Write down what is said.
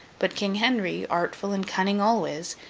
but, king henry, artful and cunning always,